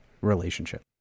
relationship